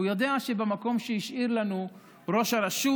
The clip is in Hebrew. הוא יודע שבמקום שהשאירו לנו, ראש הרשות